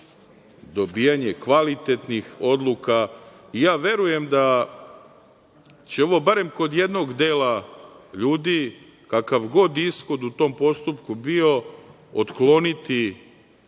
dobijanje kvalitetnih odluka. Verujem da će ovo barem kod jednog dela ljudi, kakav god ishod u tom postupku bio, otkloniti